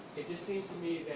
it just seems to me,